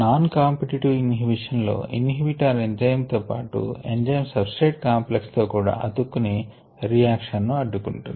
non competitive inhibition లో inhibitor enzyme తో పాటు ఎంజైమ్ సబ్స్ట్రేట్ కాంప్లెక్స్ తో కూడా అతుక్కుని రియాక్షన్ ను అడ్డుకుంటుంది